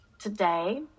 today